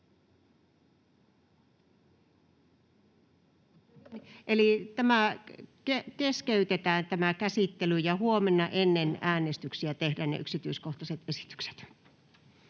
keskeytetään ja huomenna ennen äänestyksiä tehdään ne yksityiskohtaiset esitykset.